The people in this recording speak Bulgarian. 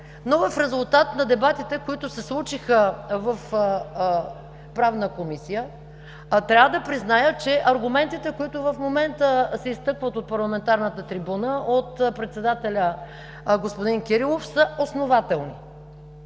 В резултат на дебатите, които се случиха в Правната комисия, а трябва да призная, че аргументите, които в момента се изтъкват от парламентарната трибуна от председателя господин Кирилов, са основателни.